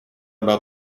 about